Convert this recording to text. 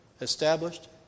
established